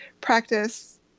practice